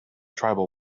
tribal